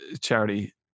charity